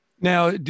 Now